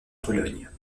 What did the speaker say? pologne